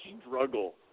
struggle